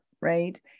right